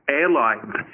airlines